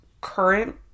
current